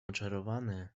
oczarowany